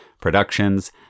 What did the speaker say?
Productions